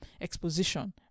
exposition